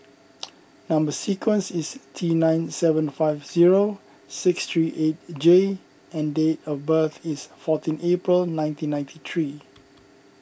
Number Sequence is T nine seven five zero six three eight J and date of birth is fourteen April nineteen ninety three